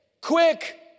Quick